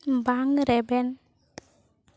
ᱵᱟᱝ ᱨᱮᱵᱮᱱ